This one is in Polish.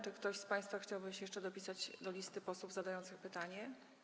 Czy ktoś z państwa chciałby się jeszcze dopisać do listy posłów zadających pytanie?